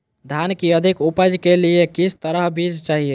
धान की अधिक उपज के लिए किस तरह बीज चाहिए?